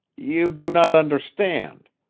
you do not understand.